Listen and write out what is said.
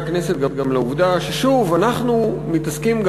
הכנסת גם לעובדה ששוב אנחנו מתעסקים,